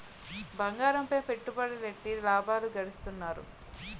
బంగారంపై పెట్టుబడులెట్టి లాభాలు గడిత్తన్నారు